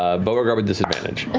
ah beauregard with disadvantage.